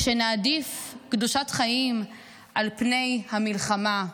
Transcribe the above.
כשנעדיף קדושת חיים על פני המלחמה,